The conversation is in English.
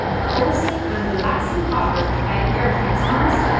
cozy and relaxing colors like earthy tones,